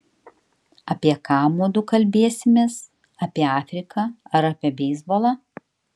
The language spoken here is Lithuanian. apie ką mudu kalbėsimės apie afriką ar apie beisbolą